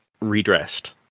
redressed